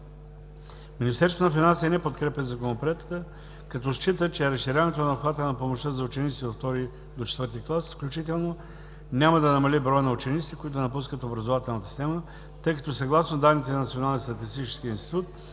Министерството на финансите не подкрепя Законопроекта, като счита, че разширяването на обхвата на помощта за учениците от II-ри до IV-ти клас включително, няма да намали броя на учениците, които напускат образователната система, тъй като, съгласно данните на